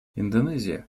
индонезия